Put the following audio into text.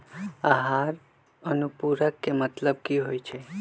आहार अनुपूरक के मतलब की होइ छई?